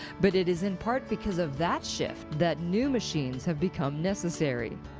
but it is in part because of that shift that new machines have become necessary.